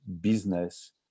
business